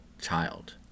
child